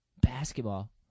basketball